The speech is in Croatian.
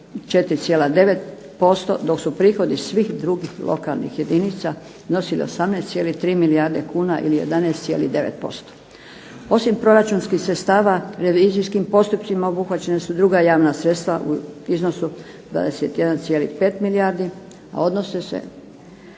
4,9% dok su prihodi svih drugih lokalnih jedinica iznosili 18,3 milijarde kuna ili 11,9%. Osim proračunskih sredstava revizijskim postupcima obuhvaćena su druga javna sredstva u iznosu od 21,5 milijardi a odnose se